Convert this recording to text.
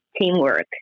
teamwork